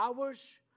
hours